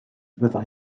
fydda